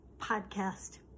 podcast